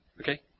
Okay